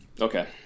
Okay